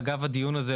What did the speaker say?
אגב הדיון הזה,